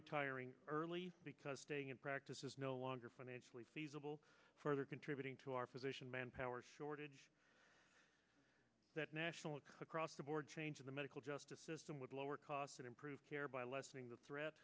retiring early because staying in practice is no longer financially feasible for contributing to our physician manpower shortage that nationally across the board changing the medical justice system would lower costs and improve care by lessening the threat